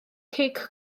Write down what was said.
cic